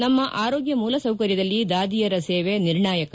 ನಮ್ನ ಆರೋಗ್ಯ ಮೂಲಸೌಕರ್ಯದಲ್ಲಿ ದಾದಿಯರ ಸೇವೆ ನಿರ್ಣಾಯಕ